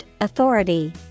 authority